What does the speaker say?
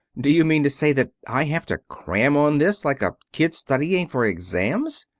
do you mean to say that i have to cram on this like a kid studying for exams?